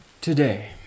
today